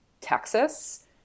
Texas